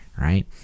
right